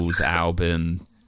album